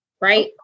right